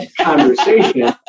conversation